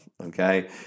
okay